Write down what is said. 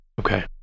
Okay